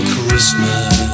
Christmas